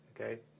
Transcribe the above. okay